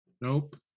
Nope